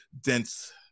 dense